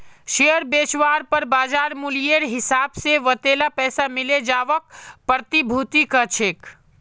share बेचवार पर बाज़ार मूल्येर हिसाब से वतेला पैसा मिले जवाक प्रतिभूति कह छेक